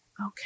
okay